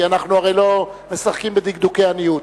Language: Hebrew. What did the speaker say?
כי אנחנו הרי לא משחקים בדקדוקי עניות.